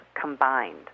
combined